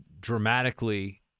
dramatically